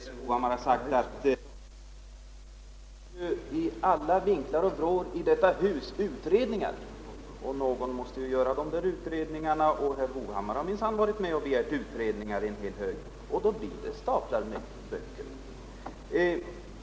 Herr talman! Jag vill säga till herr Hovhammar att det hör till saken att det i detta hus begärs utredningar ur alla vinklar och vrår, och någon måste göra de utredningarna. Herr Hovhammar har minsann också varit med om att begära utredningar. Det blir staplar av böcker till sist!